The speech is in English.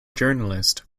journalist